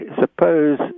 suppose